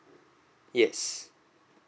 yes